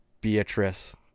Beatrice